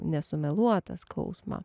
nesumeluotą skausmą